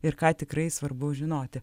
ir ką tikrai svarbu žinoti